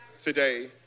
today